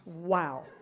Wow